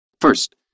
First